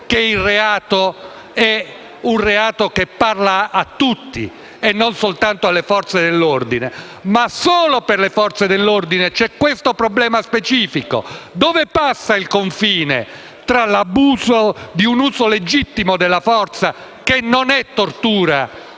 che il reato parla a tutti e non solo alle Forze dell'ordine, ma solo per le Forze dell'ordine c'è questo problema specifico: dove passa il confine tra l'abuso di un uso legittimo della forza - che non è tortura